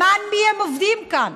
למען מי הם עובדים כאן?